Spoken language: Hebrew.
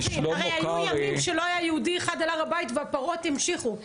היו ימים שלא היה יהודי אחד על הר הבית והפרעות המשיכו.